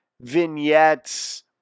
vignettes